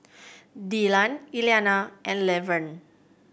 Dillan Iliana and Lavern